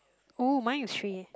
oh mine is three